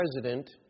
president